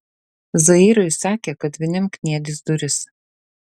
zairiui sakė kad vinim kniedys duris